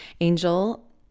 angel